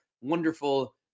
wonderful